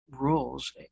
rules